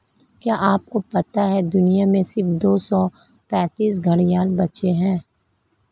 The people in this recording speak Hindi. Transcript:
क्या आपको पता है दुनिया में सिर्फ दो सौ पैंतीस घड़ियाल बचे है?